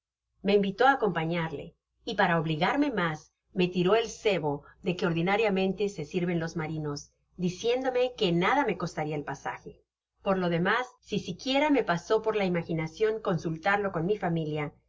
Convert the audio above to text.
me invitó á acompañarle y para obligarme mas me tiffi el cebo de que ordinariamente se sirven los marinos diciéndome que nadame costana el pasaje por lo demas si siquiera me pasó por la imaginacion consultarlo eon mi familia